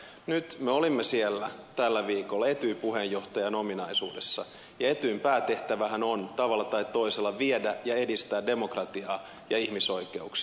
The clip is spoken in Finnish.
nyt me olimme siellä tällä viikolla etyj puheenjohtajan ominaisuudessa ja etyjin päätehtävähän on tavalla tai toisella viedä ja edistää demokratiaa ja ihmisoikeuksia